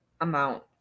amount